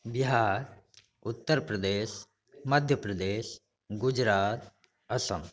Bihar Uttar Pradesh Madhya Pradesh Gujarat Assam